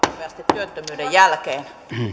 työttömyyden jälkeen